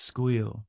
Squeal